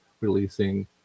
releasing